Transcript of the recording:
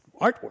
artwork